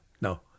No